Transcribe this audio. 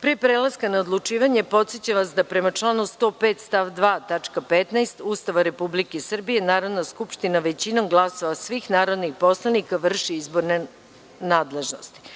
Pre prelaska na odlučivanje, podsećam vas da, prema članu 105. stav 2. tačka 15. Ustava Republike Srbije, Narodna skupština većinom glasova svih narodnih poslanika vrši izborne nadležnosti. Stavljam